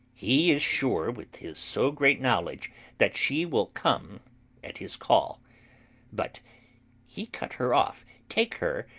he is sure with his so great knowledge that she will come at his call but he cut her off take her,